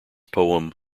poem